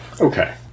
Okay